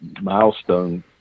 milestone